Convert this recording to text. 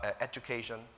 education